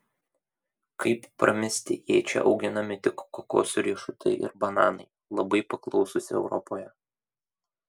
kaip pramisti jei čia auginami tik kokosų riešutai ir bananai labai paklausūs europoje